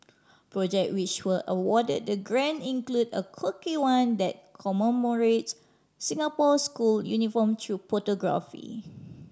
project which were awarded the grant include a quirky one that commemorates Singapore's school uniform through photography